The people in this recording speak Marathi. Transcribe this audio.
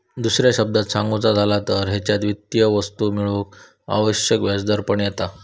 दुसऱ्या शब्दांत सांगुचा झाला तर हेच्यात वित्तीय वस्तू मेळवूक आवश्यक व्यवहार पण येता